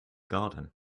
garden